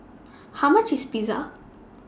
How much IS Pizza